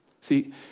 See